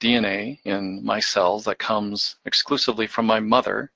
dna in my cells that comes exclusively from my mother,